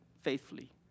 faithfully